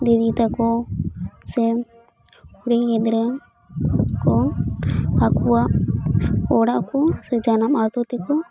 ᱫᱤᱫᱤ ᱛᱟᱹᱠᱩ ᱥᱮ ᱠᱩᱲᱤ ᱜᱤᱫᱽᱨᱟᱹᱠᱚ ᱟᱠᱩᱣᱟᱜ ᱚᱲᱟᱜ ᱠᱩ ᱥᱮ ᱡᱟᱱᱟᱢ ᱟᱹᱛᱩ ᱛᱮᱠᱚ